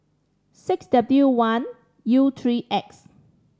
six W one U three X